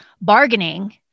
bargaining